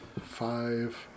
five